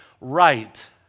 right